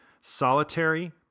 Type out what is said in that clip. solitary